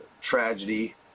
tragedy